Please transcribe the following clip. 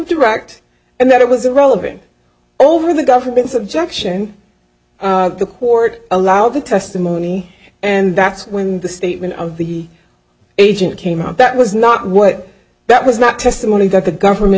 direct and that it was relevant over the government's objection the court allowed the testimony and that's when the statement of the agent came out that was not what that was not testimony that the government